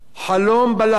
חלום בלהות.